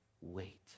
wait